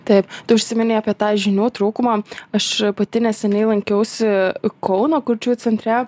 taip tu užsiminei apie tą žinių trūkumą aš pati neseniai lankiausi kauno kurčiųjų centre